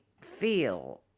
feel